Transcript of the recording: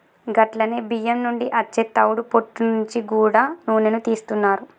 గట్లనే బియ్యం నుండి అచ్చే తవుడు పొట్టు నుంచి గూడా నూనెను తీస్తున్నారు